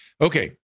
Okay